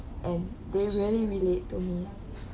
and they really relate to me